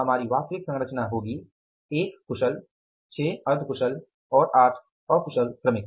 हमारी वास्तविक सरंचना होगी 1 कुशल 6 अर्ध कुशल और 8 अकुशल श्रमिक